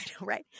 right